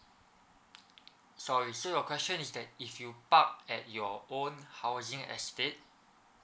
sorry so your question is that if you park at your own housing estate